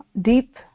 deep